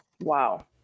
Wow